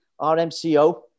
RMCO